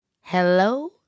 Hello